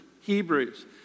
Hebrews